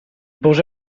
pose